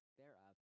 thereof